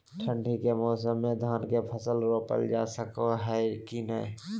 ठंडी के मौसम में धान के फसल रोपल जा सको है कि नय?